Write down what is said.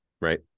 right